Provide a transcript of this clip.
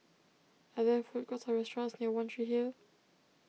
are there food courts or restaurants near one Tree Hill